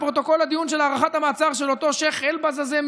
בפרוטוקול הדיון של הארכת המעצר של אותו שייח' אל-באז הזה,